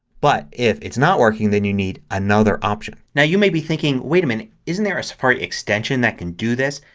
but if it's not working then you need another option. now you may be thinking, wait a minute, isn't there a safari extension that can do this.